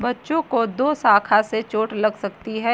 बच्चों को दोशाखा से चोट लग सकती है